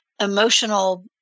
emotional